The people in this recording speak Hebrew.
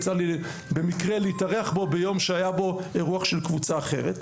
יצא לי במקרה להתארח בו ביום שהיה בו אירוח של קבוצה אחרת,